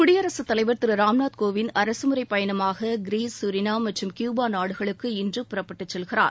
குடியரசு தலைவர் திரு ராம்நாத் கோவிந்த் அரசு முறை பயணமாக கிரீஸ் சூரினாம் மற்றும் கியூபா நாடுகளுக்கு இன்று புறப்பட்டு செல்கிறார்